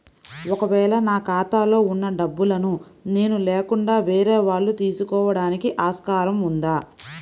ఒక వేళ నా ఖాతాలో వున్న డబ్బులను నేను లేకుండా వేరే వాళ్ళు తీసుకోవడానికి ఆస్కారం ఉందా?